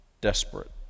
desperate